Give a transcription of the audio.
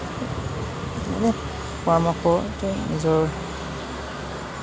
মানে পৰামৰ্শ নিজৰ